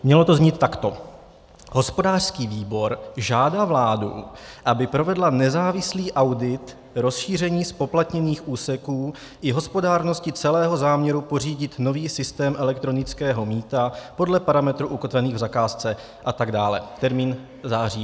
Mělo to znít takto: Hospodářský výbor žádá vládu, aby provedla nezávislý audit rozšíření zpoplatněných úseků i hospodárnosti celého záměru pořídit nový systém elektronického mýta podle parametrů ukotvených v zakázce a tak dále, termín září 2018.